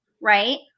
right